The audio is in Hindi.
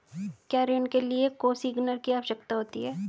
क्या ऋण के लिए कोसिग्नर की आवश्यकता होती है?